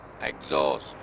exhaust